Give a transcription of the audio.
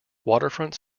waterfront